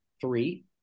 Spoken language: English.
three